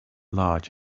large